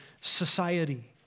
society